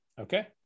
Okay